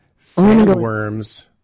Sandworms